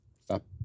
Stop